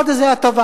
עוד איזו הטבה,